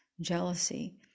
jealousy